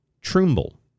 Trumbull